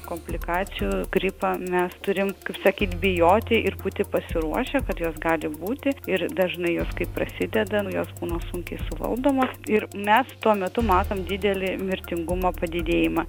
komplikacijų gripo mes turim kaip sakyt bijoti ir būti pasiruošę kad jos gali būti ir dažnai jos kai prasideda nu jos būna sunkiai suvaldomos ir mes tuo metu matom didelį mirtingumo padidėjimą